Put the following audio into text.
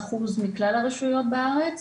38% מכלל הרשויות בארץ.